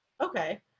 Okay